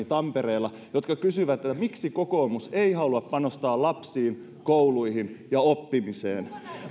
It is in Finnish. tampereella jotka kysyvät miksi kokoomus ei halua panostaa lapsiin kouluihin ja oppimiseen